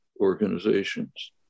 organizations